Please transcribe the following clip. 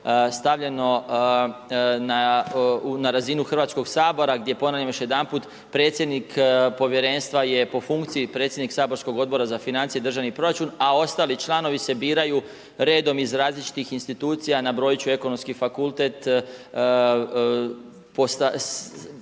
stavljeno na razinu Hrvatskog sabora gdje, ponavljam još jedanput, predsjednik Povjerenstva je po funkciji predsjednik saborskog Odbora za financije, državni proračun, a ostali članovi se biraju redom iz različitih institucija. Nabrojat će, Ekonomski fakultet, po